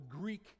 Greek